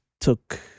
took